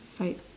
fight